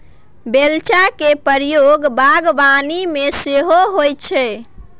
बेलचा केर प्रयोग बागबानी मे सेहो होइ छै